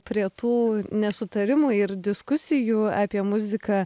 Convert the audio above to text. prie tų nesutarimų ir diskusijų apie muziką